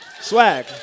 swag